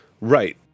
Right